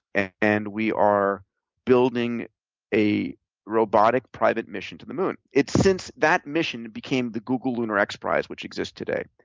and we are building a robotic, private mission to the moon. it's since that mission became the google lunar and xprize, which exists today.